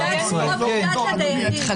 החזקת ילדים,